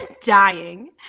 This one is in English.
dying